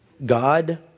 God